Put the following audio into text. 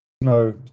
no